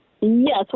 Yes